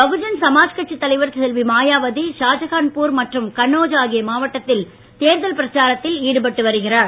பகுஜன் சமாஜ் கட்சி தலைவர் செல்வி மாயாவதி ஷாஜஹான்ப்பூர் மற்றும் கன்னோஜ் ஆகிய மாவட்டத்தில் தேர்தல் பிரச்சாரத்தில் ஈடுபட்டு வருகிறார்